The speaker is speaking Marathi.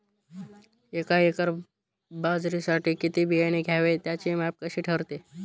एका एकर बाजरीसाठी किती बियाणे घ्यावे? त्याचे माप कसे ठरते?